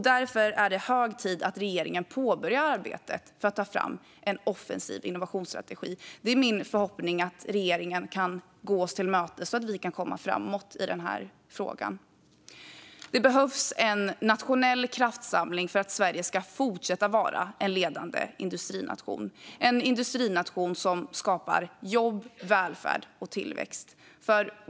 Därför är det hög tid att regeringen påbörjar arbetet med att ta fram en offensiv innovationsstrategi. Det är min förhoppning att regeringen kan gå oss till mötes så att vi kan komma framåt i denna fråga. Det behövs en nationell kraftsamling för att Sverige ska fortsätta vara en ledande industrination, en industrination som skapar jobb, välfärd och tillväxt.